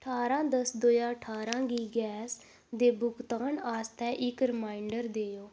ठारां दस्स दो ज्हार गी गैस दे भुगतान आस्तै इक रिमाइंडर देओ